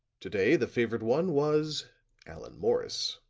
to-day the favored one was allan morris.